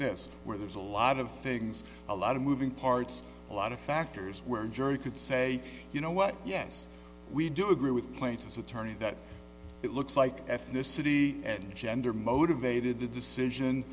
this where there's a lot of things a lot of moving parts a lot of factors where jury could say you know what yes we do agree with plaintiff's attorney that it looks like ethnicity and gender motivated the decision